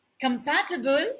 compatible